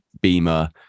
beamer